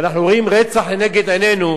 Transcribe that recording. ואנחנו רואים רצח לנגד עינינו.